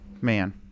man